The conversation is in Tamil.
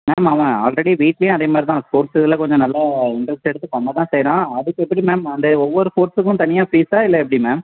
மேம் அவன் ஆல்ரெடி வீட்டிலயே அதே மாதிரிதான் ஸ்போர்ட்ஸ் இதில் கொஞ்சம் நல்லா இண்ட்ரெஸ்ட் எடுத்து பண்ணதான் செய்கிறான் அதுக்கு எப்படி மேம் அந்த ஒவ்வொரு கோர்ஸுக்கும் தனியாக ஃபீஸா இல்லை எப்படி மேம்